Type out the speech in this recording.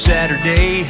Saturday